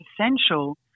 essential